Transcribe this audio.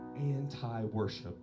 anti-worship